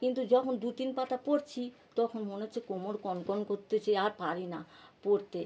কিন্তু যখন দু তিন পাতা পড়ছি তখন মনে হচ্ছে কোমর কনকন করতেছে আর পারি না পড়তে